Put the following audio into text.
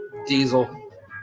diesel